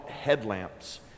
headlamps